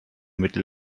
mittel